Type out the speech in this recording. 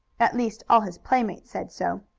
at least all his playmates said so.